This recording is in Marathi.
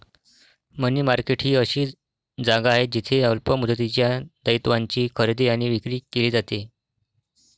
मनी मार्केट ही अशी जागा आहे जिथे अल्प मुदतीच्या दायित्वांची खरेदी आणि विक्री केली जाते